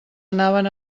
anaven